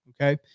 okay